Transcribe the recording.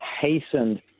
hastened